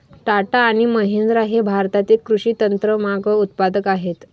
टाटा आणि महिंद्रा हे भारतातील कृषी यंत्रमाग उत्पादक आहेत